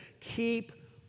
keep